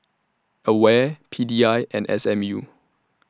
AWARE P D I and S M U